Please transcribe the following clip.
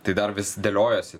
tai dar vis dėliojuosi